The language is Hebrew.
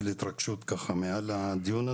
בעד,